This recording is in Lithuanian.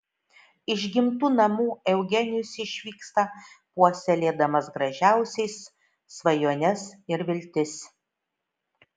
iš gimtų namų eugenijus išvyksta puoselėdamas gražiausiais svajones ir viltis